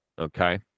okay